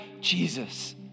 Jesus